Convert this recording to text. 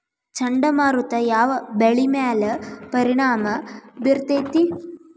ಚಂಡಮಾರುತ ಯಾವ್ ಬೆಳಿ ಮ್ಯಾಲ್ ಪರಿಣಾಮ ಬಿರತೇತಿ?